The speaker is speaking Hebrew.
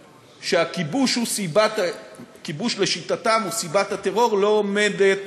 שהכיבוש, לשיטתם, הוא סיבת הטרור, לא עומדת,